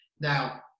Now